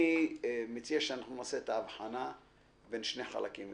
אני מציע שנעשה את האבחנה בין שני חלקים,